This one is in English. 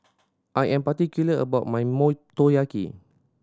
I am particular about my Motoyaki